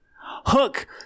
Hook